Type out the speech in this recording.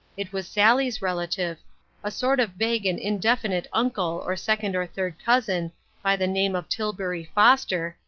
it was sally's relative a sort of vague and indefinite uncle or second or third cousin by the name of tilbury foster,